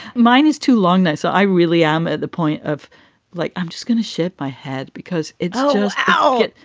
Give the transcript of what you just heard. mine is too long now. so i really am at the point of like i'm just gonna shit my head because it's how.